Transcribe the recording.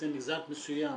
זה מגזר מסוים.